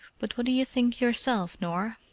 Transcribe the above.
but what do you think yourself, nor?